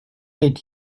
est